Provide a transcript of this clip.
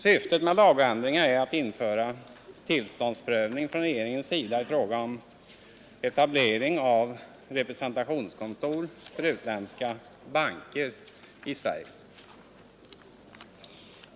Syftet med lagändringarna är att införa tillståndsprövning från regeringens sida i fråga om etablering av representationskontor för utländska banker i Sverige.